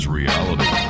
reality